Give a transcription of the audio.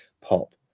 pop